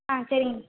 ஆ சரிங்க சார்